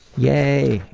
yay!